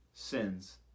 sins